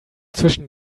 zwischen